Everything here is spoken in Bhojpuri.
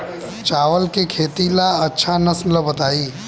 चावल के खेती ला अच्छा नस्ल बताई?